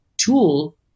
tool